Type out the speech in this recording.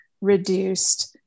reduced